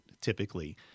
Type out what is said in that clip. typically